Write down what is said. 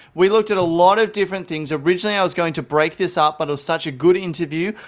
we looked at a lot of different things. originally, i was going to break this up, but it was such a good interview,